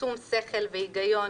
בשום שכל והיגיון,